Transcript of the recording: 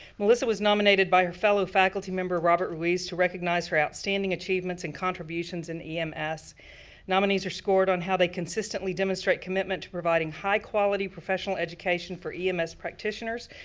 melissa was nominated by her fellow faculty member, robert ruiz, to recognize her outstanding achievements and contributions in um ems. nominees are scored on how they consistently demonstrate commitment to providing high quality professional education for ems practitioners,